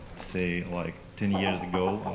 say, like ten years ago,